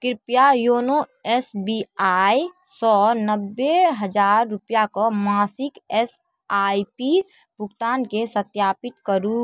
कृपया योनो एसबीआइसँ नबे हजार रुपआक मासिक एस आइ पी भुगतानके सत्यापित करू